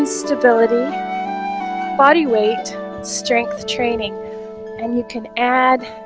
and stability body weight strength training and you can add